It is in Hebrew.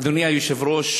אדוני היושב-ראש,